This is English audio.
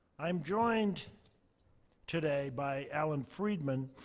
i'm joined today by alan friedman,